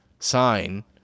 sign